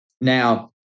Now